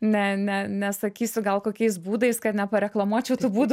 ne ne nesakysiu gal kokiais būdais kad nepareklamuočiau tų būdų